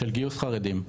של גיוס חרדים.